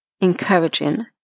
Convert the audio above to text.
encouraging